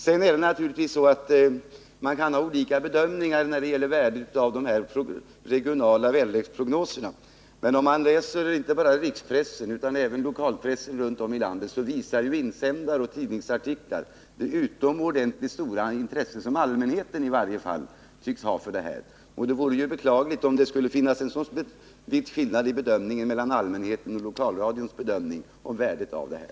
Sedan kan man naturligtvis ha olika bedömningar i fråga om värdet av de regionala väderleksprognoserna, men om man läser inte bara rikspressen utan även lokalpressen runt om i landet, finner man av insändare och tidningsartiklar att i varje fall allmänheten tycks ha ett utomordentligt stort intresse för den här saken. Det vore beklagligt om det skulle finnas en så stor skillnad mellan allmänhetens och lokalradions bedömning av värdet av det här.